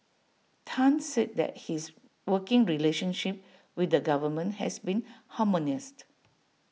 Tan said that his working relationship with the government has been harmonious